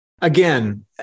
Again